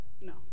no